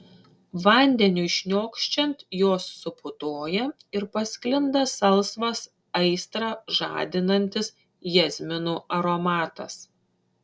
vandeniui šniokščiant jos suputoja ir pasklinda salsvas aistrą žadinantis jazminų aromatas